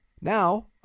Now